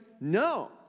No